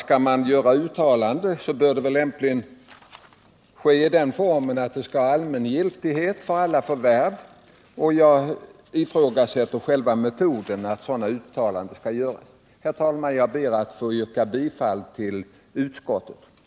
Skall man göra uttalanden bör det lämpligen ske i sådan form att de har allmän giltighet, dvs. gäller alla förvärv. Men jag ifrågasätter över huvud taget det lämpliga i att göra sådana uttalanden. Herr talman! Jag ber att få yrka bifall till utskottets hemställan.